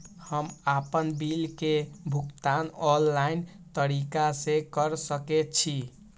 हम आपन बिल के भुगतान ऑनलाइन तरीका से कर सके छी?